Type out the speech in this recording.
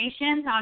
on